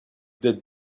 that